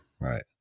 Right